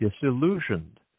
disillusioned